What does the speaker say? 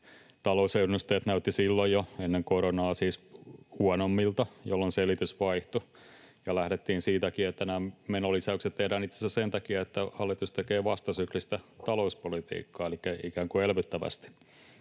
talousennusteet näyttivät huonommilta jo silloin, siis ennen koronaa, jolloin selitys vaihtui, ja lähdettiinkin siitä, että menolisäykset tehdään itse asiassa sen takia, että hallitus tekee vastasyklistä talouspolitiikkaa, elikkä ikään kuin elvyttävästi.